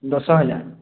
ବର୍ଷ ହେଲା